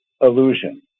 illusion